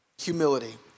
Humility